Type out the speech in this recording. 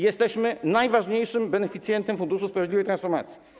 Jesteśmy najważniejszym beneficjentem Funduszu na rzecz Sprawiedliwej Transformacji.